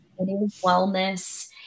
wellness